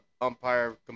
umpire